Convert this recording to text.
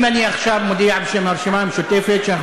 אם אני מודיע עכשיו בשם הרשימה המשותפת שאנחנו